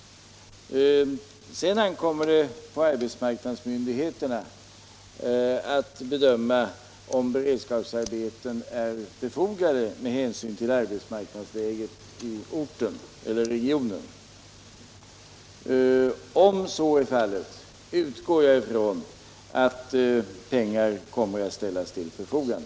Sedan ankommer det på arbetsmarknadsmyndigheterna att bedöma om dessa beredskapsarbeten är befogade med hänsyn till arbetsmarknadsläget i regionen. Om så är fallet, utgår jag från att pengar kommer att ställas till förfogande.